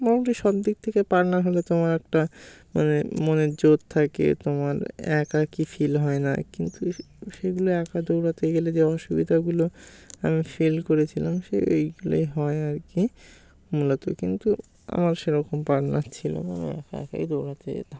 মোটামুটি সব দিক থেকে পার্টনার হলে তোমার একটা মানে মনের জোর থাকে তোমার একাকী ফিল হয় না কিন্তু সেগুলো একা দৌড়াতে গেলে যে অসুবিধাগুলো আমি ফিল করেছিলাম সে এইগুলোই হয় আর কি মূলত কিন্তু আমার সেরকম পার্টনার ছিল না আমি একা একাই দৌড়াতে যেতাম